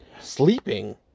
sleeping